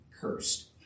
cursed